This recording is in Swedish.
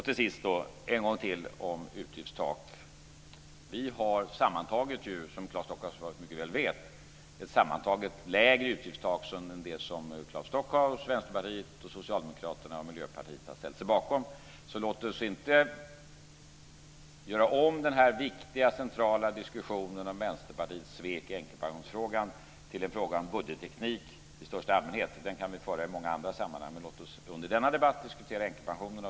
Till sist vill jag nämna utgiftstaken en gång till. Som Claes Stockhaus mycket väl vet har vi sammantaget ett lägre utgiftstak än det som Claes Stockhaus, Vänsterpartiet, Socialdemokraterna och Miljöpartiet har ställt sig bakom. Låt oss inte göra om denna viktiga och centrala diskussion om Vänsterpartiets svek i änkepensionsfrågan till en fråga om budgetteknik i största allmänhet. Den diskussionen kan vi föra i många andra sammanhang, men låt oss under denna debatt diskutera änkepensionerna.